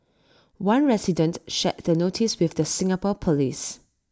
one resident shared the notice with the Singapore Police